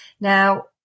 now